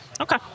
Okay